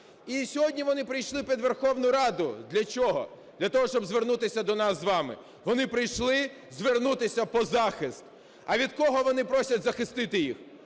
І сьогодні вони прийшли під Верховну Раду. Для чого? Для того, щоб звернутися до нас з вами, вони прийшли звернутися по захист. А від кого вони просять захистити їх?